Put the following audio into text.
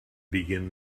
begin